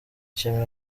kintu